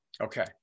Okay